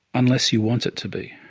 unless you want it to be.